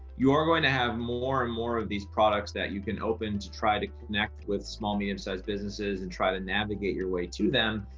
you are going to have more and more of these products that you can open to try to connect with small, medium sized businesses and try to navigate your way to them.